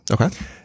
okay